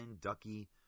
Ducky